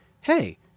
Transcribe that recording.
hey